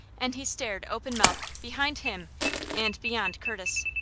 and he stared open-mouthed behind him and beyond curtis.